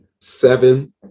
seven